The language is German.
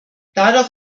dadurch